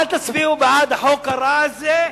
אל תצביעו בעד החוק הרע הזה,